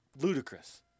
ludicrous